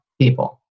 people